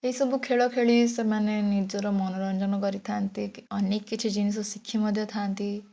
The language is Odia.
ଏହିସବୁ ଖେଳ ଖେଳି ସେମାନେ ନିଜର ମନୋରଞ୍ଜନ କରି ଥାଆନ୍ତି କି ଅନେକ କିଛି ଜିନିଷ ଶିଖି ମଧ୍ୟ ଥାଆନ୍ତି